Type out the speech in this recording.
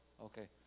Okay